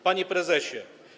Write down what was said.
Panie Prezesie!